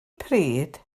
pryd